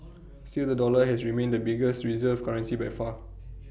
still the dollar has remained the biggest reserve currency by far